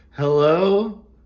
Hello